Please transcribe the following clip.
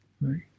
right